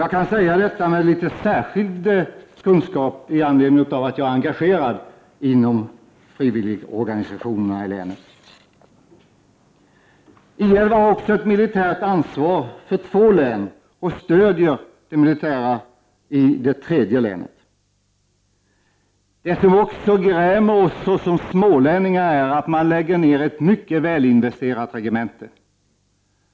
Jag kan säga detta med litet särskild kunskap, i anledning av att jag är engagerad inom frivilligorganisationerna i länet. I 11 har också militärt ansvar för två län och stöder det militära försvaret i det tredje länet. Vad som grämer oss som smålänningar är också att man lägger ned ett mycket välinvesterat regemente.